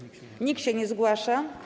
Nikt się nie zgłasza.